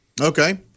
Okay